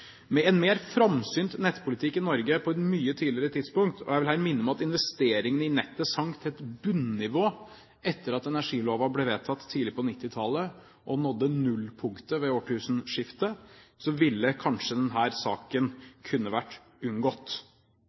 Med en mer framsynt nettpolitikk i Norge på et mye tidligere tidspunkt – og jeg vil her minne om at investeringene i nettet sank til et bunnivå etter at energiloven ble vedtatt tidlig på 1990-tallet, og nådde nullpunktet ved årtusenskiftet – ville kanskje denne saken kunne vært unngått.